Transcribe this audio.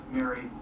Mary